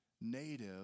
native